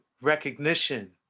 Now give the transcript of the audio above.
recognition